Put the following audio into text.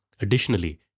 Additionally